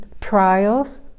trials